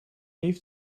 heeft